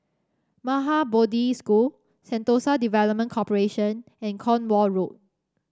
Maha Bodhi School Sentosa Development Corporation and Cornwall Road